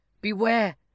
beware